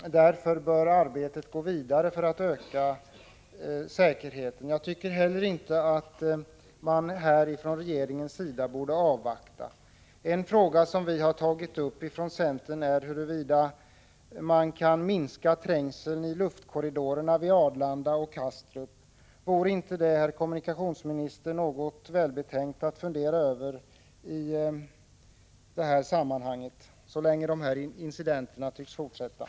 Därför går arbetet med att öka säkerheten vidare. Jag tycker inte heller att regeringen i detta fall borde avvakta. En fråga som viicentern tagit upp är huruvida man kan minska trängseln i luftkorridorerna vid Arlanda och Kastrup. Vore det inte, herr kommunikationsminister, välbetänkt att fundera över den saken så länge dessa incidenter fortsätter?